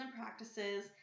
practices